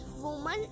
woman